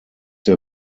der